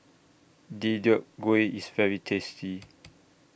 Deodeok Gui IS very tasty